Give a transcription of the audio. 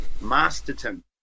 Masterton